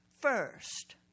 first